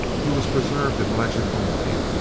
he was preserved in legend only,